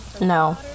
No